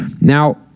Now